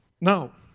Now